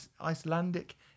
Icelandic